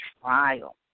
trial